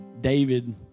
David